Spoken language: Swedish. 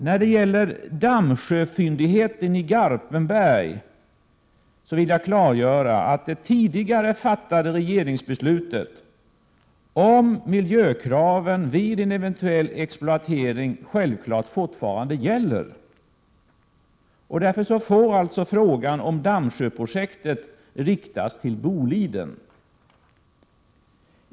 När det gäller Dammsjöfyndigheten i Garpenberg vill jag klargöra att det tidigare fattade regeringsbeslutet om miljökraven vid en eventuell exploatering självfallet fortfarande gäller. Därför får frågan om Dammsjöprojektet riktas till Boliden.